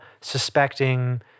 suspecting